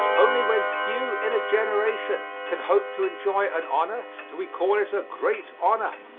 only when few in a generation can hope to enjoy an honor do we call it a great honor.